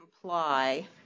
comply